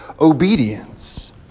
obedience